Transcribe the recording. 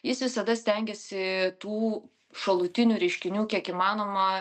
jis visada stengiasi tų šalutinių reiškinių kiek įmanoma